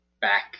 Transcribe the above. back